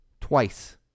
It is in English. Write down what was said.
Twice